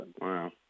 Wow